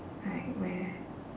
like where